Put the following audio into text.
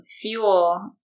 fuel